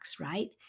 right